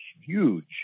huge